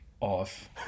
off